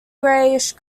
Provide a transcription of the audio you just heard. greyish